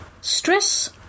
Stress